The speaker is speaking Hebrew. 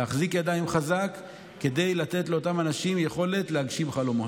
להחזיק ידיים חזק כדי לתת לאותם אנשים יכולת להגשים חלומות.